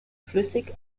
flüssig